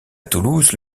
toulouse